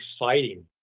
exciting